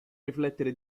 riflettere